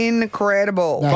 Incredible